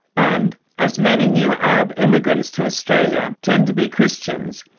and as many new arab immigrants to australia, tend to be christians,